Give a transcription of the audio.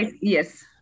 yes